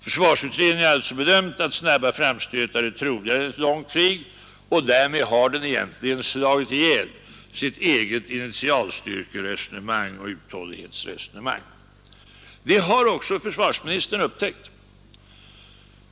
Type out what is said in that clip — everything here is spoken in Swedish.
Försvarsutredningen har alltså bedömt det så att snabba framstötar är troligare än ett långt krig, och därmed har utredningen egentligen slagit ihjäl sitt eget initialstyrkeoch uthållighetsresonemang. Detta har också försvarsministern upptäckt.